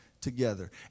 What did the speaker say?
together